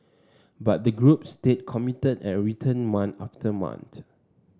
but the group stayed committed and returned month after month